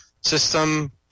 system